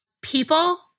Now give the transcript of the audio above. People